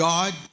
God